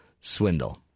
swindle